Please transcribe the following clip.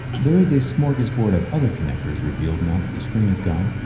there is a smorgasbord of other connectors revealed now that the screen is gone.